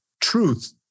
truth